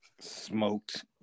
smoked